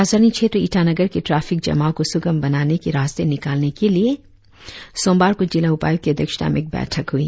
राजधानी क्षेत्र ईटानगर के ट्राफिक जमाव को सुगम बनाने के रास्ते निकालने के लिए सोमवार को जिला उपायुक्त की अध्यक्षता में एक बैठक हुई